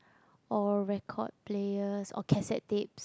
or record players or cassette tapes